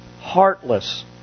heartless